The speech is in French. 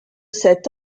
cet